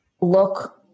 Look